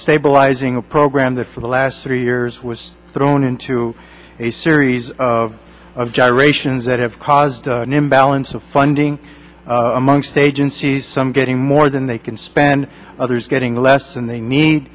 stabilizing a program that for the last three years was thrown into a series of gyrations that have caused an imbalance of funding amongst agencies some getting more than they can spend others getting less and they need